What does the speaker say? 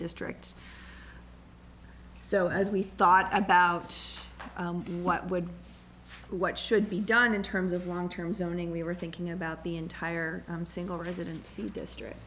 districts so as we thought about what would what should be done in terms of long term zoning we were thinking about the entire single residency district